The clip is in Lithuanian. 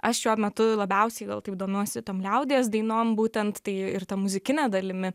aš šiuo metu labiausiai gal taip domiuosi tom liaudies dainom būtent tai ir ta muzikine dalimi